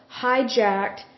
hijacked